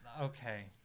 okay